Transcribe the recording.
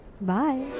Bye